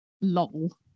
lol